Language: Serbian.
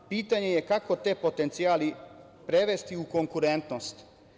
Pitanje je kako te potencijale prevesti u konkurentnost?